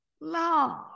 love